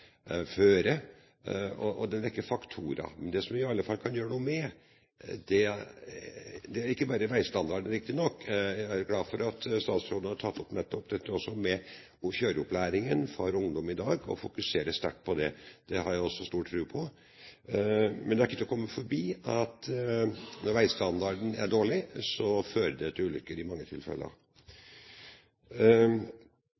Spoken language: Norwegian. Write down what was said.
en rekke faktorer. Men det er ikke bare veistandarden vi kan gjøre noe med. Jeg er glad for at statsråden har tatt opp dette med kjøreopplæringen for ungdom i dag, og fokuserer sterkt på det. Det har jeg også stor tro på. Men det er ikke til å komme forbi at når veistandarden er dårlig, fører det i mange tilfeller til ulykker.